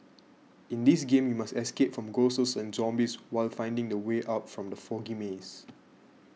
in this game you must escape from ghosts and zombies while finding the way out from the foggy maze